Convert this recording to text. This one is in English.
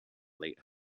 late